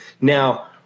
Now